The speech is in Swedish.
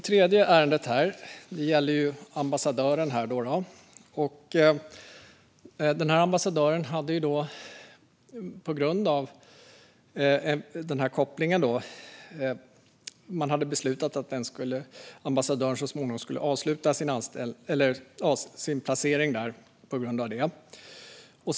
Gransknings-betänkande våren 2021Vissa frågor om regeringens ansvarför förvaltningen Det tredje ärendet gäller ambassadören. Man hade beslutat att denna ambassadör så småningom skulle avsluta sin placering på grund av en koppling.